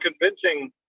convincing